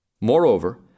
Moreover